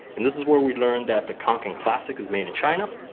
and this is where we learned that the kanken classic is made in china,